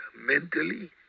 mentally